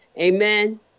Amen